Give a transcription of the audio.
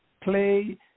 play